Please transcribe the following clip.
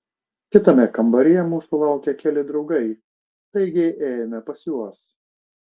kitame kambaryje mūsų laukė keli draugai taigi ėjome pas juos